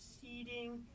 seating